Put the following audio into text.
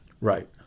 Right